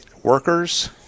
workers